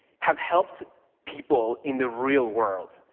have helped people in the real world.